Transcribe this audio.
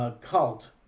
cult